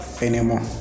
anymore